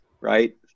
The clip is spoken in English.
right